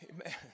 Amen